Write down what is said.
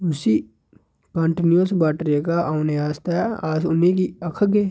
उसी continuous water जेह्का औने आस्तै अस उ'नें गी आखगे